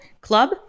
Club